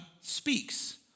speaks